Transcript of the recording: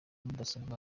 mudasobwa